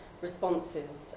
responses